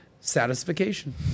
satisfaction